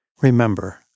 Remember